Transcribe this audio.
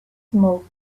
smoke